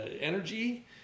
energy